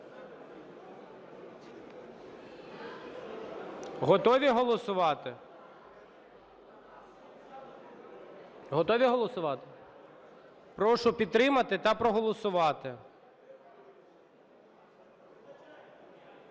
Готові голосувати? Готові голосувати? Прошу підтримати та проголосувати.